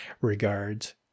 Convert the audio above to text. Regards